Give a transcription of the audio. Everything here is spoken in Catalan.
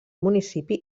municipi